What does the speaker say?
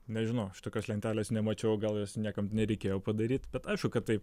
nežinau aš tokios lentelės nemačiau gal jos niekam nereikėjo padaryt bet aišku kad taip